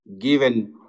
given